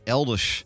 Elders